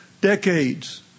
decades